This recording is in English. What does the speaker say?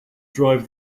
drive